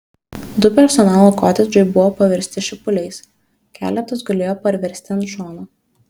du personalo kotedžai buvo paversti šipuliais keletas gulėjo parversti ant šono